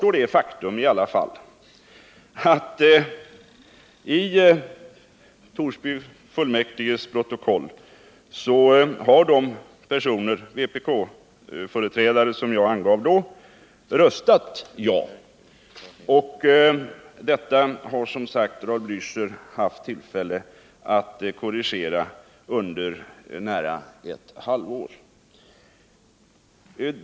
Men faktum kvarstår i alla fall, att i Torsby kommunfullmäktige har de vpk-företrädare som jag angav i den förra debatten röstat ja i samband med Kymmenprojektet. Detta har som sagt Raul Blächer haft tillfälle att korrigera under nära ett halvår.